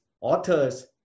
authors